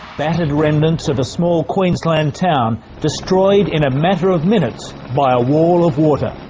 battered remnants of a small queensland town, destroyed in a matter of minutes by a wall of water.